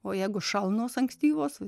o jeigu šalnos ankstyvos